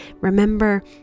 Remember